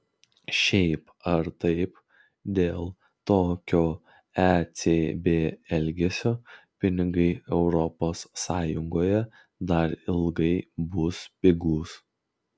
šiaip ar taip dėl tokio ecb elgesio pinigai europos sąjungoje dar ilgai bus pigūs